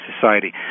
Society